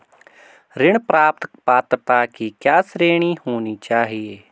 ऋण प्राप्त पात्रता की क्या श्रेणी होनी चाहिए?